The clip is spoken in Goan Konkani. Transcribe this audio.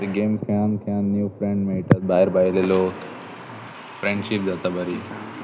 ते गेम खेळून खेळून न्यू फ्रेंड मेळटात भायर भायले लोक फ्रेंडशीप जाता बरी